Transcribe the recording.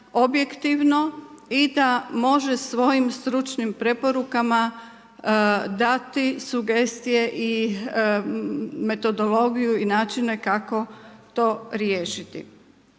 i da može svojim stručnim preporukama dati sugestije i metodologiju i načine kako to riješiti.